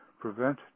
prevent